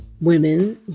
women